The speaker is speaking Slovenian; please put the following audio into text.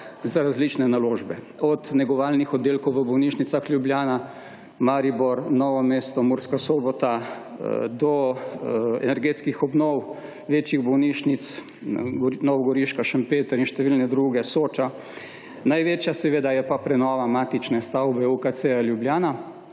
za različne naložbe, od negovalnih oddelkov v bolnišnicah Ljubljana, Maribor, Novo mesto, Murska Sobota, do energetskih obnov večjih bolnišnic, novogoriška, Šempeter in številne druge, Soča, največja seveda je pa prenova matične stavbe UKC-ja Ljubljana,